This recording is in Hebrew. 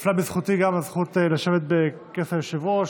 שנפלה בזכותי גם הזכות לשבת בכס היושב-ראש,